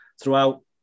throughout